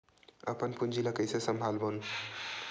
अपन पूंजी ला कइसे संभालबोन?